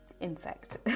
insect